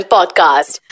Podcast